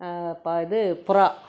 இது புறா